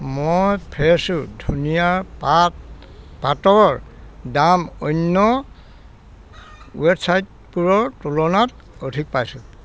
মই ফ্ৰেছো ধনীয়াৰ পাত পাতৰ দাম অন্য ৱেবচাইটবোৰৰ তুলনাত অধিক পাইছোঁ